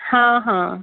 ହଁ ହଁ